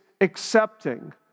accepting